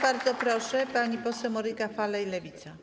Bardzo proszę, pani poseł Monika Falej, Lewica.